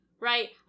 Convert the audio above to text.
Right